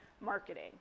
marketing